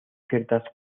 ciertas